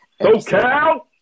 SoCal